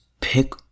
pick